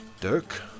Dirk